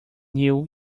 new